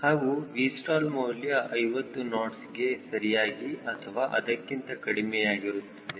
ಹಾಗೂ Vstall ಮೌಲ್ಯ 50 ನಾಟ್ಸ್ಗೆ ಸರಿಯಾಗಿ ಅಥವಾ ಅದಕ್ಕಿಂತ ಕಡಿಮೆಯಾಗಿರುತ್ತದೆ